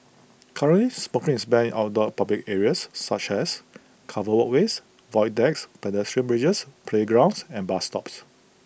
currently smoking is banned in outdoor public areas such as covered walkways void decks pedestrian bridges playgrounds and bus stops